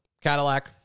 Cadillac